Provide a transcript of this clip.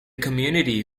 community